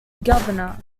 governor